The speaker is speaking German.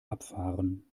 abfahren